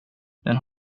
den